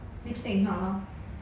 lipstick is not lor